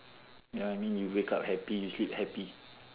you know what I mean you wake up happy you sleep happy